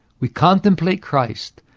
we contemplate christ.